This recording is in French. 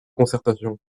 concertation